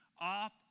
off